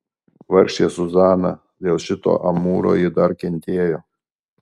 vargšė zuzana dėl šito amūro ji dar kentėjo